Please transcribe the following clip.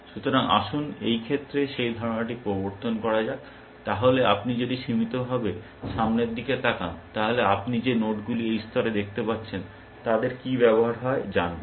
সুতরাং আসুন এই ক্ষেত্রে সেই ধারণাটি প্রবর্তন করা যাক তাহলে আপনি যদি সীমিতভাবে সামনের দিকে তাকান তাহলে আপনি যে নোডগুলি এই স্তরে দেখতে পাচ্ছেন তাদের কী ব্যবহার হয় জানবেন